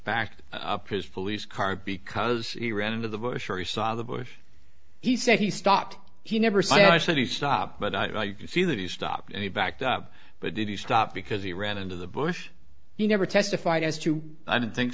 backed up his police car because he ran into the bush or he saw the bush he said he stopped he never saw i said he stopped but i you can see that he stopped and he backed up but he stopped because he ran into the bush he never testified as to i don't think